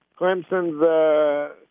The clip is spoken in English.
Clemson's